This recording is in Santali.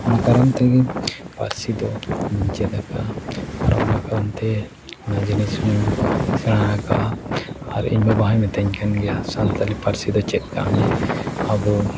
ᱚᱱᱟ ᱠᱟᱨᱚᱱ ᱛᱮᱜᱮ ᱯᱟᱹᱨᱥᱤ ᱫᱚ ᱤᱧᱤᱧ ᱪᱮᱫ ᱟᱠᱟᱫᱼᱟ ᱟᱨ ᱚᱱᱟ ᱠᱟᱨᱚᱱᱛᱮ ᱚᱱᱟ ᱡᱤᱱᱤᱥ ᱦᱚᱧ ᱥᱮᱬᱟ ᱟᱠᱟᱫᱼᱟ ᱟᱨ ᱤᱧ ᱵᱟᱵᱟ ᱦᱚᱸᱭ ᱢᱮᱛᱟᱹᱧ ᱠᱟᱱ ᱜᱮᱭᱟ ᱥᱟᱱᱛᱟᱲᱤ ᱯᱟᱹᱨᱥᱤ ᱫᱚ ᱪᱮᱫ ᱠᱟᱜ ᱢᱮ ᱟᱵᱚ